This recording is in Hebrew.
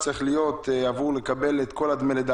כדי לקבל את כל דמי הלידה.